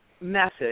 message